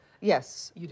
Yes